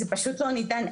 זה פשוט לא ניתן,